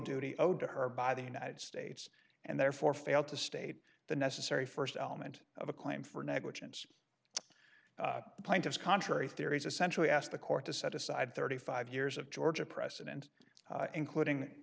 duty owed to her by the united states and therefore fail to state the necessary first element of a claim for negligence the plaintiffs contrary theories essentially ask the court to set aside thirty five years of georgia precedent including